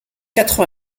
quatre